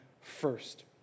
first